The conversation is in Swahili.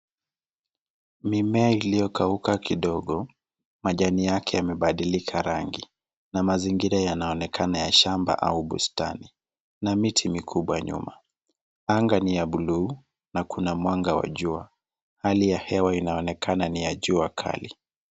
Mimea iliyokauka kidogo majani yake yamebadilika rangi na mazingira yanaonekana ya shamba au bustani na miti mikubwa nyuma anga ni ya buluu na kuna mwanga wa jua hali ya hewa inaonekana ni ya jua kali.